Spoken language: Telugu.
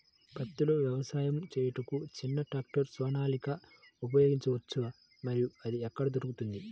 పత్తిలో వ్యవసాయము చేయుటకు చిన్న ట్రాక్టర్ సోనాలిక ఉపయోగించవచ్చా మరియు అది ఎక్కడ దొరుకుతుంది?